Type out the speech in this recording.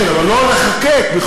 כן, אבל לא לחוקק בחוק.